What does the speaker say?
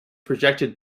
projected